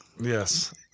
yes